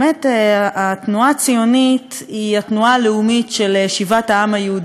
התנועה הציונית היא התנועה הלאומית של שיבת העם היהודי למולדתו,